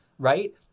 right